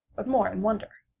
but more in wonder.